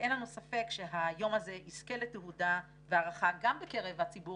ואין לנו ספק שהיום הזה יזכה לתהודה והערכה גם בקרב הציבור